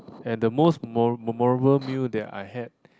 and the most mo~ memorable meal that I had